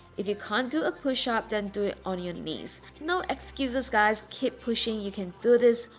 if you can't do a push-up then do it on your knees. no excuses guys. keep pushing. you can do this.